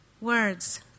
Words